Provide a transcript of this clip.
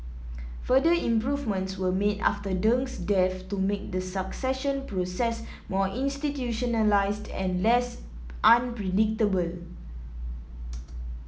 further improvements were made after Deng's death to make the succession process more institutionalised and less unpredictable